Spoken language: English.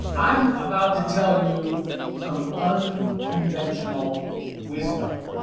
i'm about to tell you some unconventional wisdom,